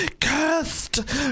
Cursed